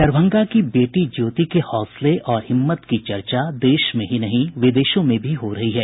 दरभंगा की बेटी ज्योति के हौसले और हिम्मत की चर्चा देश में ही नहीं विदेशों में भी हो रही है